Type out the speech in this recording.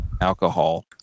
alcohol